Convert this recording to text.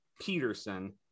Peterson